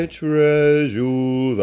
treasure